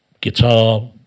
guitar